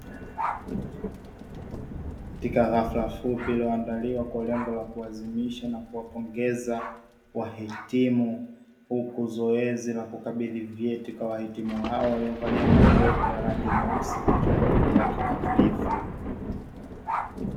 Katika hafla fupi iliyoandaliwa kwa lengo la kuazimisha na kuwapongeza wahitimu, huku zoezi la kukabidhi vyeti kwa wahitimu hao waliovalia majoho ya rangi nyeusi likiendelea kikamilifu.